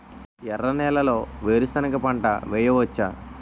ఎర్ర నేలలో వేరుసెనగ పంట వెయ్యవచ్చా?